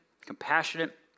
compassionate